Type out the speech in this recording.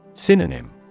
Synonym